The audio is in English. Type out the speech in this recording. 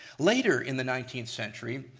later in the nineteenth century,